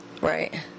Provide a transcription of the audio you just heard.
Right